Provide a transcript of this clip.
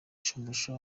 shumbusho